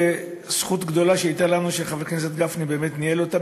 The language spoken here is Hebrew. שזכות גדולה הייתה לנו שחבר הכנסת גפני ניהל אותה,